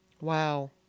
Wow